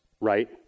right